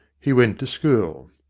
he went to school.